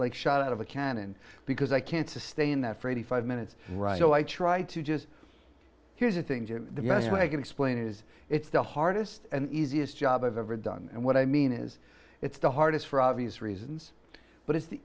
like shot out of a cannon because i can't sustain that for eighty five minutes right so i try to just here's the thing to the best way i can explain it is it's the hardest and easiest job i've ever done and what i mean is it's the hardest for obvious reasons but it's the